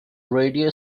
radio